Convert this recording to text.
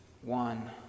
One